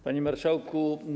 Panie Marszałku!